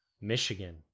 Michigan